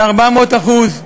ב-400%;